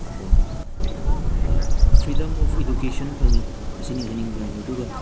ꯑꯗꯒꯤ freedom of education ꯐꯪꯉꯤ ꯑꯁꯤꯅꯤ ꯍꯥꯏꯅꯤꯡꯕ ꯍꯥꯏꯕꯨ ꯑꯗꯨꯒ